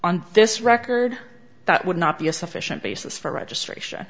on this record that would not be a sufficient basis for registration